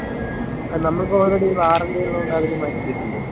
നമ്മൾ ഇപ്പോൾ ആൾറെഡി വാറണ്ടിയുള്ളതുകൊണ്ട് അതിൽ മാറ്റിക്കിട്ടില്ലേ